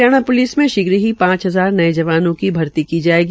Haryana police में शीघ्र ही पांच हजार जवानों की भर्ती की जायेगी